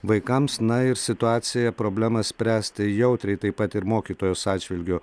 vaikams na ir situaciją problemą spręsti jautriai taip pat ir mokytojos atžvilgiu